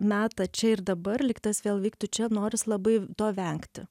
meta čia ir dabar lyg tas vėl vyktų čia noris labai to vengti